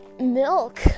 Milk